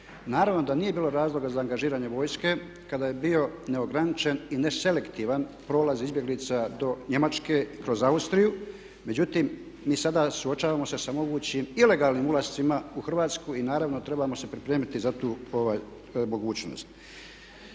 Naravno da nije bilo razloga za angažiranje vojske kada je bio neograničen i neselektivan prolaz izbjeglica do Njemačke kroz Austriju, međutim mi sada suočavamo se sa mogućim ilegalnim ulascima u Hrvatsku i naravno trebamo se pripremiti za tu mogućnost.